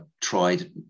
tried